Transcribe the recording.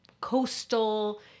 coastal